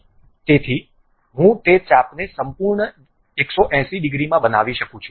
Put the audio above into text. તેથી હું તે ચાપ ને સંપૂર્ણ 180 ડિગ્રીમાં બનાવી શકું છું